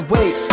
Wait